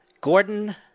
Gordon